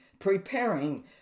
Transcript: Preparing